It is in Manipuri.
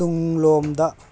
ꯇꯨꯡꯂꯣꯝꯗ